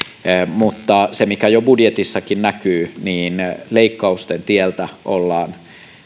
mutta kuten jo budjetissakin näkyy leikkausten tieltä ollaan